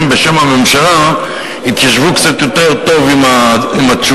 בשם הממשלה יתיישבו קצת יותר טוב עם התשובות,